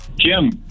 Jim